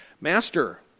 Master